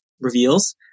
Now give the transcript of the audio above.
reveals